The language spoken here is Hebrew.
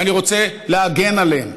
ואני רוצה להגן עליהם.